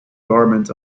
garment